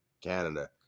Canada